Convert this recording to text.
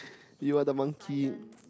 you are the monkey